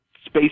space